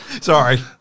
Sorry